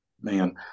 Man